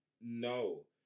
No